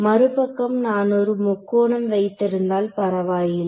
மறுபக்கம் நான் ஒரு முக்கோணம் வைத்திருந்தால் பரவாயில்லை